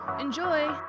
Enjoy